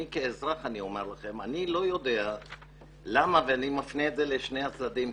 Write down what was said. כאזרח אני אומר שאני לא יודע ואני מפנה זאת לשני הצדדים,